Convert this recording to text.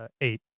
eight